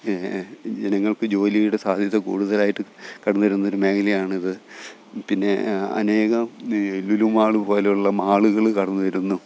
ജനങ്ങൾക്ക് ജോലിയുടെ സാധ്യത കുടുതലായിട്ട് കടന്നുവരുന്നൊരു മേഖലയാണിത് പിന്നെ അനേകം ഈ ലുലു മാള് പോലെയുള്ള മാളുകള് കടന്നുവരുന്നു